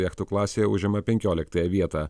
jachtų klasėje užima penkioliktąją vietą